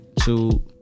two